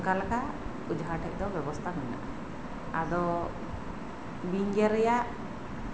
ᱚᱱᱠᱟ ᱞᱮᱠᱟ ᱚᱡᱷᱟ ᱴᱷᱮᱱ ᱫᱚ ᱵᱮᱵᱚᱥᱛᱷᱟ ᱢᱮᱱᱟᱜᱼᱟ ᱟᱫᱚ ᱵᱤᱧ ᱜᱮᱨ ᱨᱮᱱᱟᱜ